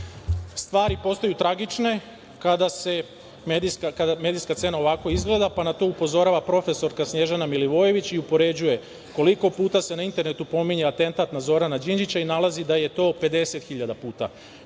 čoveka. Stvari postaju tragične kada medijska scena ovako izgleda pa na to upozorava prof. Snježana Milivojević i upoređuje koliko puta se na Internetu pominje atentat na Zorana Đinđića i nalazi da je to 50 hiljada